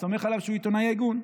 ואני סומך עליו שהוא עיתונאי הגון,